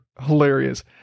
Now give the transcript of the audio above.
hilarious